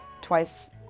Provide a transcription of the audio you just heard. twice